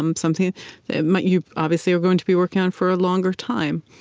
um something that but you obviously are going to be working on for a longer time.